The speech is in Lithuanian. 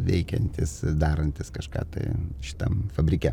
veikiantis darantis kažką tai šitam fabrike